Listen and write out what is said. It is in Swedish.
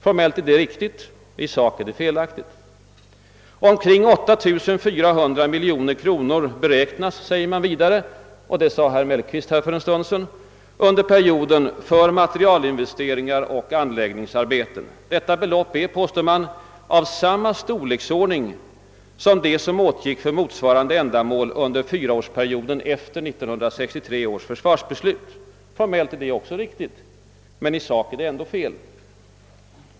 Formellt är det riktigt; i sak är det felaktigt. Omkring 8400 miljoner kronor beräknas, säger man vidare — det sade också herr Mellqvist för en stund sedan — under perioden för materielinvesteringar och anläggningsarbeten. Detta belopp, påstår man, är av samma storleksordning som det som åtgick för motsvarande ändamål under fyraårsperioden efter 1963 års försvarsbeslut. Formellt är det också riktigt, men i sak är det ändå fel.